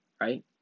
right